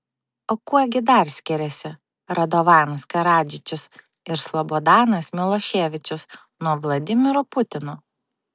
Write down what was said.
o kuo gi dar skiriasi radovanas karadžičius ir slobodanas miloševičius nuo vladimiro putino